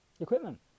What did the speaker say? Equipment